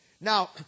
Now